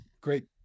great